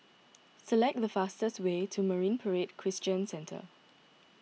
select the fastest way to Marine Parade Christian Centre